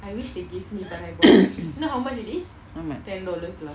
how much